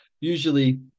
usually